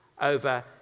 over